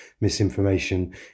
misinformation